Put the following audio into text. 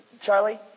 Charlie